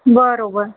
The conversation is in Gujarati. બરાબર